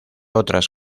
otras